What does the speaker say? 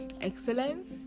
excellence